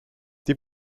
die